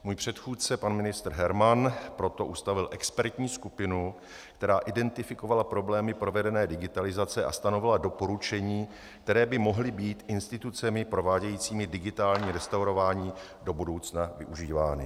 Můj předchůdce pan ministr Herman proto ustavil expertní skupinu, která identifikovala problémy provedené digitalizace a stanovila doporučení, která by mohla být institucemi provádějícími digitální restaurování do budoucna využívána.